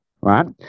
right